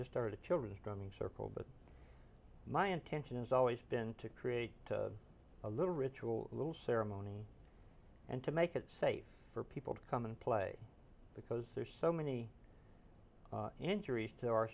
just started a children's drumming circle but my intention has always been to create a little ritual little ceremony and to make it safe for people to come and play because there's so many injuries to our